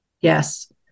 Yes